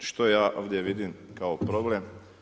Što ja ovdje vidim kao problem?